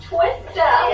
Twister